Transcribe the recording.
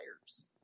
tires